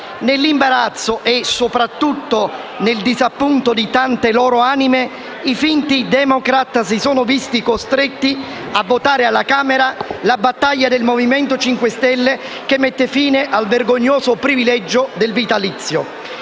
Nell'imbarazzo e soprattutto nel disappunto di tante loro anime, i finti *democrat* si sono visti costretti a votare alla Camera la battaglia del Movimento 5 Stelle che mette fine al vergognoso privilegio del vitalizio;